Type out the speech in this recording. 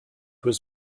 was